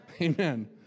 Amen